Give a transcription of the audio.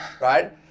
right